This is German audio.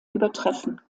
übertreffen